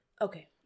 Okay